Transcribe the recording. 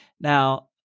Now